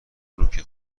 نوک